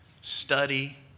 study